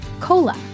COLA